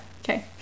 Okay